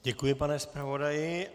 Děkuji, pane zpravodaji.